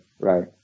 right